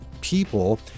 people